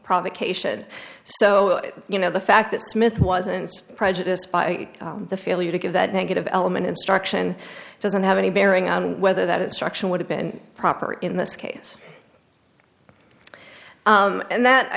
provocation so you know the fact that smith wasn't prejudiced by the failure to give that negative element instruction doesn't have any bearing on whether that structure would have been proper in this case and that i